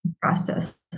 process